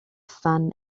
sun